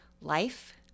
life